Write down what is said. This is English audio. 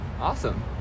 awesome